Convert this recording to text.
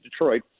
Detroit